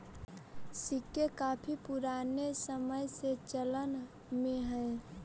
सिक्के काफी पूराने समय से चलन में हई